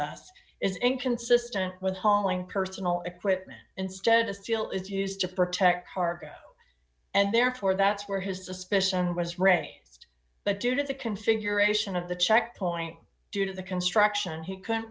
us is inconsistent with homing personal equipment instead a seal is used to protect cargo and therefore that's where his suspicion was raised but due to the configuration of the checkpoint due to the construction he c